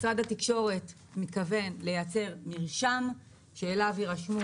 משרד התקשורת מתכוון לייצר מרשם שאליו יירשמו